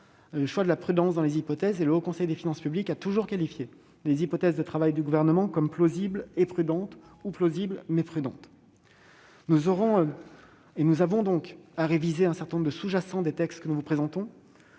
le choix de la prudence pour nos hypothèses. Le Haut Conseil des finances publiques a toujours qualifié les hypothèses de travail du Gouvernement de « plausibles et prudentes » ou de « plausibles, mais prudentes ». Nous avons donc à réviser un certain nombre de sous-jacents des textes que nous vous présentons.